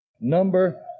number